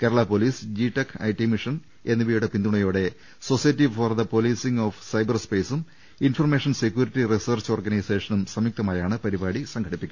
Kerala police G tech IT mission എന്നിവയുടെ പിന്തുണയോടെ society for the policing of cyber സ്പെയ്സും information security research ഓർഗനൈസേഷനും സംയു ക്തമായാണ് പരിപാടി സംഘടിപ്പിക്കുന്നത്